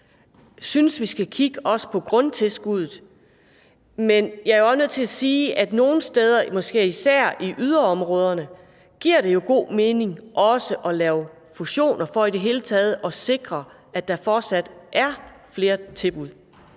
synes vi skal kigge på også grundtilskuddet. Jeg er nødt til at sige, at nogle steder, måske især i yderområderne, giver det jo god mening også at lave fusioner for i det hele taget at sikre, at der fortsat er flere tilbud.